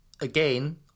again